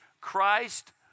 Christ